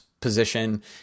position